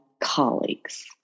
colleagues